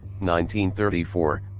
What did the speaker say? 1934